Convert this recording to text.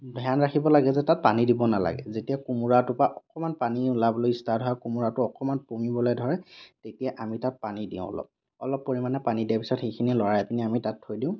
ধ্য়ান ৰাখিব লাগে যে তাত পানী দিব নালাগে যেতিয়া কোমোৰাটোৰ পৰা অকণমান পানী ওলাবলৈ ষ্টাৰ্ট হয় কোমোৰাটো অকণমান পমিবলৈ ধৰে তেতিয়া আমি তাত পানী দিওঁ অলপ অলপ পৰিমাণে পানী দিয়াৰ পিছত সেইখিনি লৰাই পিনি আমি তাত থৈ দিওঁ